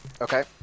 Okay